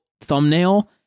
thumbnail